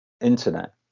Internet